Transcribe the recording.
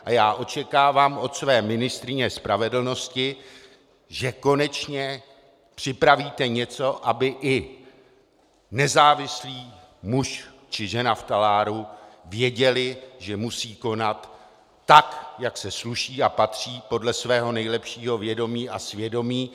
A já očekávám od své ministryně spravedlnosti, že konečně připravíte něco, aby i nezávislý muž či žena v taláru věděli, že musí konat tak, jak se sluší a patří, podle svého nejlepšího vědomí a svědomí.